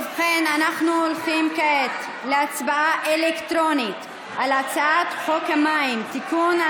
אנחנו הולכים כעת להצבעה אלקטרונית על הצעת חוק המים (תיקון,